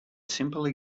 simple